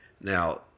Now